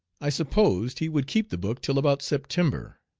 i supposed he would keep the book till about september,